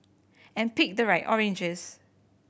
and pick the right oranges